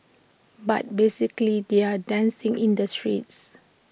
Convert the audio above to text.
but basically they're dancing in the streets